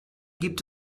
gibt